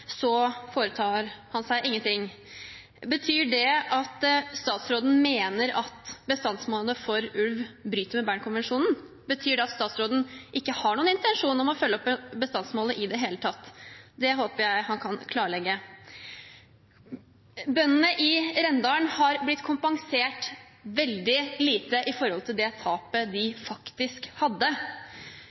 foretar han seg ingenting. Betyr det at statsråden mener at bestandsmålene for ulv bryter med Bernkonvensjonen? Betyr det at statsråden ikke har noen intensjon om å følge opp bestandsmålene i det hele tatt? Det håper jeg han kan klarlegge. Bøndene i Rendalen har blitt kompensert veldig lite i forhold til det tapet de faktisk hadde.